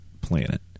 planet